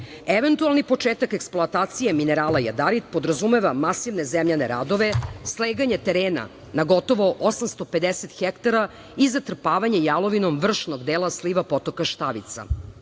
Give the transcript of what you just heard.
početak eksploatacije minerala jadarit podrazumeva masivne zemljane radove, sleganje terena na gotovo 850 hektara i zatrpavanje jalovinom vršnog dela sliva potoka Štavica.